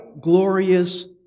glorious